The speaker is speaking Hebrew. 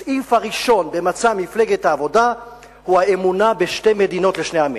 הסעיף הראשון במצע מפלגת העבודה הוא האמונה בשתי מדינות לשני עמים.